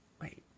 wait